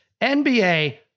NBA